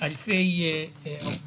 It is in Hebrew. כל הנתונים נמצאים אצלכם.